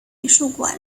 美术馆